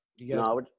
No